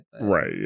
right